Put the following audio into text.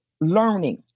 learning